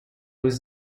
was